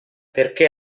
perché